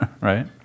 right